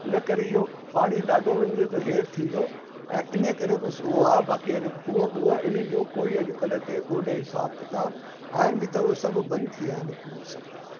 इन करे इहो पाणी ॾाढो वञे थो हेठि थींदो ऐं इन करे बस उहो आहे बस बाक़ी खूह वूह एॾियू अॼु कल्ह ते कोने हिसाब किताब आहिनि बि त उहो सभु बंदि थी विया आहिनि खूह सफ़ा